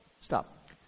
stop